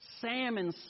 salmon